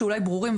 שאולי ברורים,